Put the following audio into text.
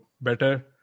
better